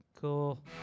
Cool